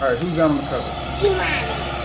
who's on the cover? imani!